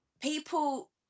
people